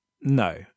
No